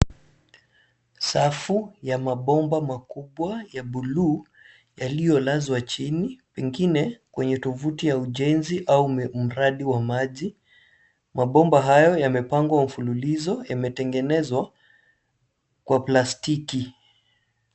Safu ya mabomba makubwa ya bluu yaliyo lazwa chini pengine kwenye tovuti ya ujenzi au mradi wa maji mabomba hayo yamepangwa mfululizo yametengenezwa kwa plastiki.